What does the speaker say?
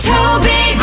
Toby